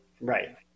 Right